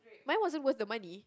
mine wasn't worth the money